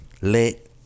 Let